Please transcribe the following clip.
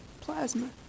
Plasma